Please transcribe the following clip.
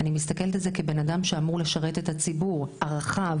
אני מסתכלת על זה כבן אדם שאמור לשרת את הציבור הרחב,